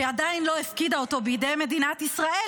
שהיא עדיין לא הפקידה אותו בידי מדינת ישראל,